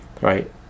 right